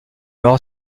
noire